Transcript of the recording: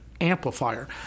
amplifier